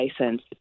license